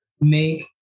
make